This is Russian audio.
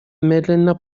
медленно